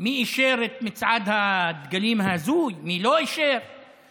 מי אישר את מצעד הדגלים ההזוי, מי